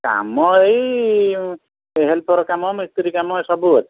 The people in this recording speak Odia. କାମ ଏଇ ହେଲପର୍ କାମ ମିସ୍ତ୍ରୀ କାମ ସବୁ ଅଛି